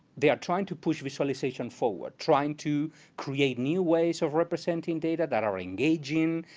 they are trying to push visualization forward, trying to create new ways of representing data that are engaging,